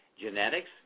genetics